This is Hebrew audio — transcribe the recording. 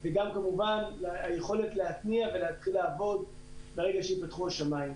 וגם כמובן היכולת להתניע ולהתחיל לעבוד ברגע שייפתחו השמיים.